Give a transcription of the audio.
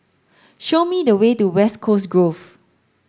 show me the way to West Coast Grove